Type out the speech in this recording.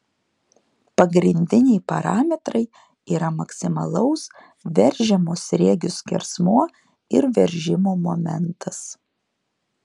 pagrindiniai parametrai yra maksimalaus veržiamo sriegio skersmuo ir veržimo momentas